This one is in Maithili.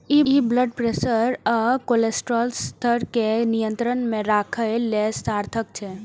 ई ब्लड प्रेशर आ कोलेस्ट्रॉल स्तर कें नियंत्रण मे राखै लेल सार्थक छै